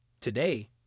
Today